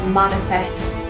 manifest